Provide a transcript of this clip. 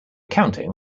counting